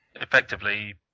effectively